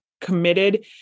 committed